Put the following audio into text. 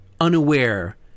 unaware